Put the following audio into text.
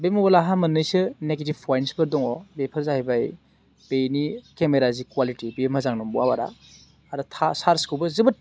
बे मबाइलावहाय मोन्नैसो नेगेटिभ प'इनसफोर दङ बेफोर जाहैबाय बेनि केमेरा जि कुवालिटि बे मोजां नंबावआ बारा आरो चार्सखौबो जोबोद